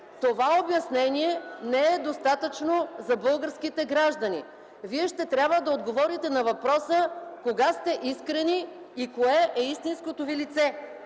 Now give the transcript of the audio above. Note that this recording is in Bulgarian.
това обяснение не е достатъчно за българските граждани. Вие ще трябва да отговорите на въпроса кога сте искрени и кое е истинското ви лице